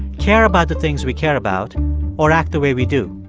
care about the things we care about or act the way we do.